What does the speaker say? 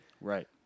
right